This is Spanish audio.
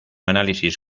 análisis